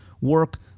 work